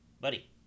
buddy